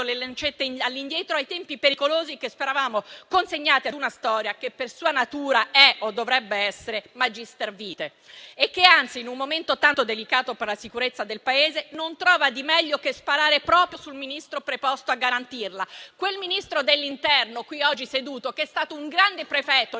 le lancette a tempi pericolosi, che speravamo consegnati a una storia che, per sua natura, è, o dovrebbe essere, *magistra vitae*; anzi, in un momento tanto delicato per la sicurezza del Paese, non trova di meglio che sparare proprio sul Ministro preposto a garantirla. Quel Ministro dell'interno, oggi presente in Aula, è stato un grande prefetto,